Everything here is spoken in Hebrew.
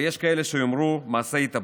ויש כאלה שיאמרו מעשה התאבדות.